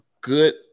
good